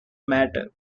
matter